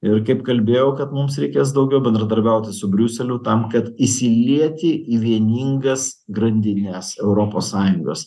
ir kaip kalbėjau kad mums reikės daugiau bendradarbiauti su briuseliu tam kad įsilieti į vieningas grandines europos sąjungos